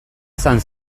izan